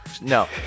No